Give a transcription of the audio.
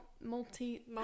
multi